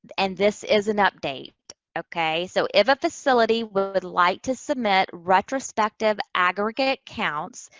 and this is an update, okay? so, if a facility would would like to submit retrospective aggregate counts,